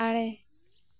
ᱟᱨᱮ